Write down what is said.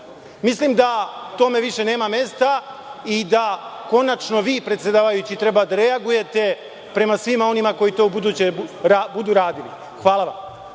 Mislim da tome više nema mesta i da konačno vi predsedavajući treba da reagujete prema svima onima koji to ubuduće budu radili. Hvala vam.